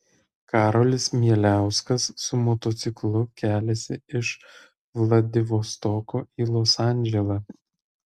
karolis mieliauskas su motociklu keliasi iš vladivostoko į los andželą